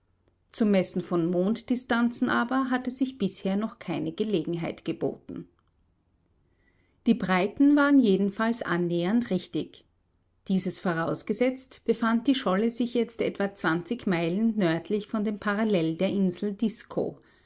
zum messen von monddistanzen aber hatte sich bisher noch keine gelegenheit geboten die breiten waren jedenfalls annähernd richtig dieses vorausgesetzt befand die scholle sich jetzt etwa zwanzig meilen nördlich von dem parallel der insel disko